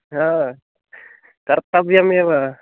हा कर्तव्यमेव